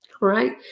Right